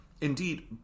Indeed